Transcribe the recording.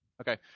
Okay